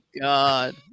God